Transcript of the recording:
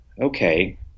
Okay